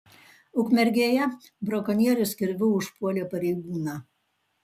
ukmergėje brakonierius kirviu užpuolė pareigūną